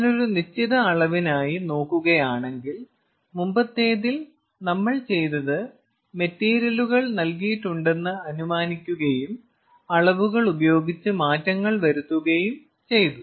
ഞാൻ ഒരു നിശ്ചിത അളവിനായി നോക്കുകയാണെങ്കിൽ മുമ്പത്തെതിൽ നമ്മൾ ചെയ്തത് മെറ്റീരിയലുകൾ നൽകിയിട്ടുണ്ടെന്ന് അനുമാനിക്കുകയും അളവുകൾ ഉപയോഗിച്ച് മാറ്റങ്ങൾ വരുത്തുകയും ചെയ്തു